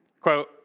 Quote